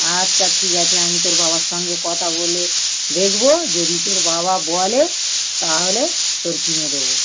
আচ্ছা ঠিক আছে আমি তোর বাবার সঙ্গে কথা বলে দেখবো যদি তোর বাবা বলে তাহলে তোর কিনে দোবো